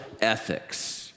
ethics